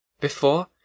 Before